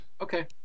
okay